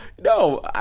No